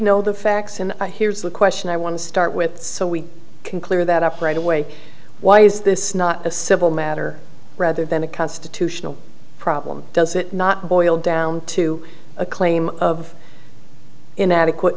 know the facts and here's a question i want to start with so we can clear that up right away why is this not a civil matter rather than a constitutional problem does it not boil down to a claim of inadequate